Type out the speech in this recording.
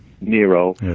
Nero